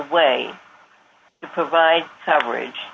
way to provide coverage